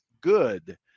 good